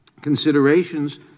considerations